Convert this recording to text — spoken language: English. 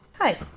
hi